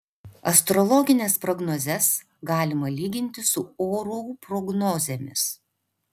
astrologines prognozes galima lyginti su orų prognozėmis